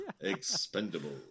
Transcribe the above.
Expendable